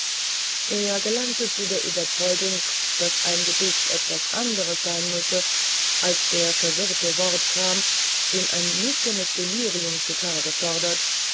er gelangte zu der überzeugung daß ein gedicht etwas anderes sein müsse als der verwirrte wortkram den ein nüchternes delirium zutage fördert